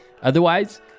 Otherwise